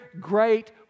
great